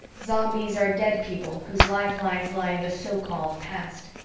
zombies are dead people whose lifelines lie in the so-called past.